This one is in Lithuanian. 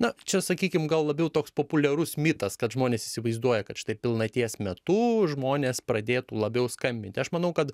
na čia sakykim gal labiau toks populiarus mitas kad žmonės įsivaizduoja kad štai pilnaties metu žmonės pradėtų labiau skambinti aš manau kad